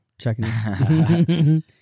checking